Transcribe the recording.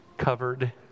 covered